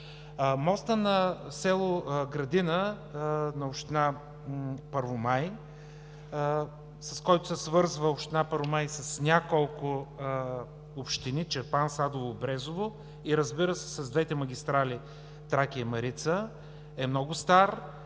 Мостът на село Градина, община Първомай, с който община Първомай се свърза с няколко общини – Чирпан, Садово, Брезово и, разбира се, с двете магистрали – Тракия и Марица, е много стар.